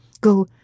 go